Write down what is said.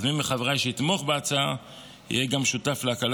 אז מי מחבריי שיתמוך בהצעה יהיה גם שותף להקלה